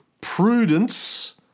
prudence